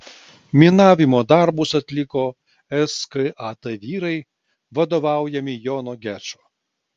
minavimo darbus atliko skat vyrai vadovaujami jono gečo